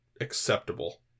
acceptable